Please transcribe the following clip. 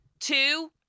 two